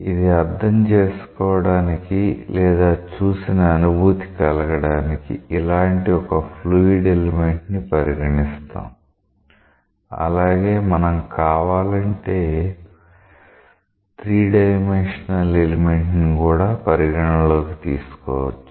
ఇది అర్థం చేసుకోవడానికి లేదా చూసిన అనుభూతి కలగడానికి ఇలాంటి ఒక ఫ్లూయిడ్ ఎలిమెంట్ ని పరిగణిస్తాం అలాగే మనం కావాలంటే 3 డైమెన్షనల్ ఎలిమెంట్ ని కూడా పరిగణలోకి తీసుకోవచ్చు